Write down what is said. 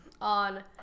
on